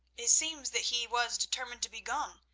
it seems that he was determined to be gone,